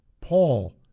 Paul